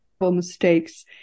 mistakes